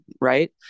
Right